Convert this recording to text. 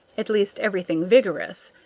at least everything vigorous.